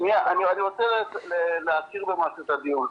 שניה, אני רוצה להסדיר את הדיון.